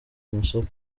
amasoko